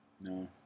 No